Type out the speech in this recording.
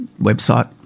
website